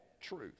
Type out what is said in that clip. truth